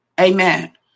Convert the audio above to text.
Amen